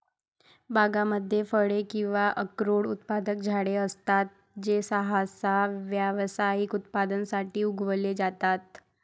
बागांमध्ये फळे किंवा अक्रोड उत्पादक झाडे असतात जे सहसा व्यावसायिक उत्पादनासाठी उगवले जातात